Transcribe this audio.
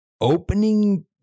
Opening